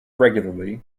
regularly